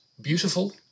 beautiful